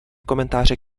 komentáře